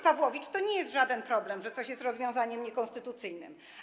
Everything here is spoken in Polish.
Pawłowicz, to nie jest żaden problem, że coś jest rozwiązaniem niekonstytucyjnym.